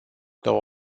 două